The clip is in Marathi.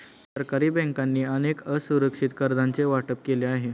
सरकारी बँकांनी अनेक असुरक्षित कर्जांचे वाटप केले आहे